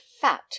fat